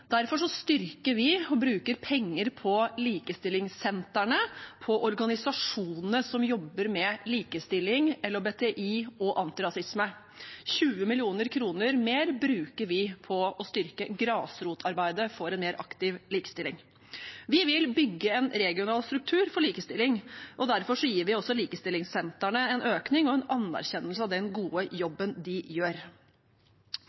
Derfor styrker vi og bruker penger på likestillingssentrene, på organisasjonene som jobber med likestilling, LHBTI og antirasisme. 20 mill. kr mer bruker vi på å styrke grasrotarbeidet for en mer aktiv likestilling. Vi vil bygge en regional struktur for likestilling, og derfor gir vi også likestillingssentrene en økning og en anerkjennelse av den gode